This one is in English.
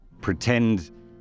pretend